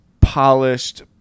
polished